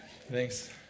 Thanks